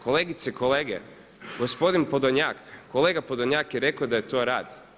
Kolegice i kolege gospodin Podolnjak, kolega Podolnjak je rekao da je to rad.